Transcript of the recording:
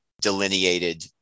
delineated